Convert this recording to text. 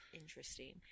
interesting